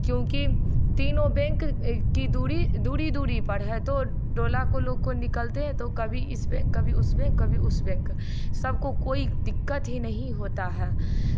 क्योंकि तीनो बैंक की दूरी दूरी दूरी पर है तो टोला के लोग कोइ निकलते हैं तो कभी इस बैंक तो कभी उस बैंक कभी उस बैंक सबको कोई दिक्कत ही नहीं होता है